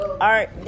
art